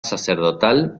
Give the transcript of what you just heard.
sacerdotal